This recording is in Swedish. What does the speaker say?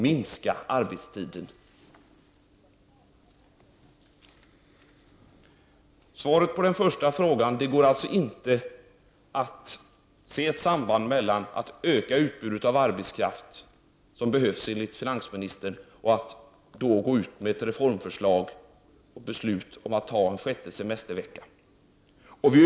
För att återkomma till den första frågan går det alltså inte att se ett samband mellan att öka utbudet av arbetskraft och att gå ut med ett reformförslag och fatta beslut om en sjätte semestervecka.